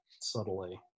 subtly